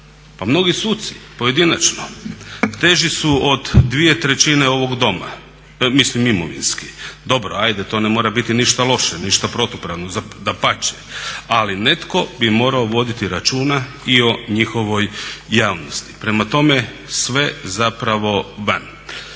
mnogi suci pojedinačno teži su od 2/3 ovog doma, mislim imovinski, dobro ajde to ne mora biti ništa loše, ništa protupravno, dapače ali netko bi morao voditi računa i o njihovoj javnosti. Prema tome, sve zapravo van.